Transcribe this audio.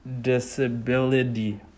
disability